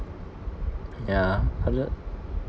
yeah hundred